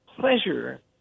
pleasure